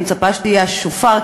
אני מצפה שתהיה השופר,